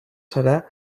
serà